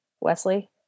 Wesley